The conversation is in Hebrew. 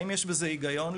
האם יש בזה היגיון?